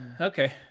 Okay